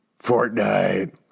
Fortnite